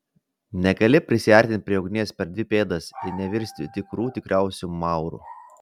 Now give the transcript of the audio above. negali prisiartinti prie ugnies per dvi pėdas ir nevirsti tikrų tikriausiu mauru